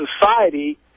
society